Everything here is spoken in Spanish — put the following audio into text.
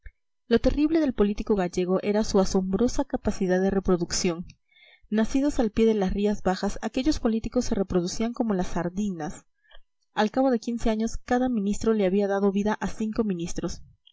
lo terrible del político gallego era su asombrosa capacidad de reproducción nacidos al pie de las rías bajas aquellos políticos se reproducían como las sardinas al cabo de quince años cada ministro le había dado vida a cinco ministros